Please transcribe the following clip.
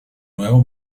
nuevo